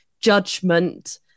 judgment